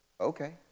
okay